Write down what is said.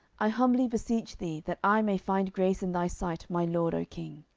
i humbly beseech thee that i may find grace in thy sight, my lord, o king.